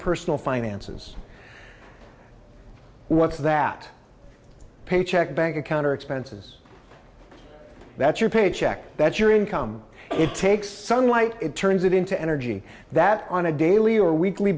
personal finances what's that paycheck bank account or expenses that's your paycheck that's your income it takes sunlight it turns it into energy that on a daily or weekly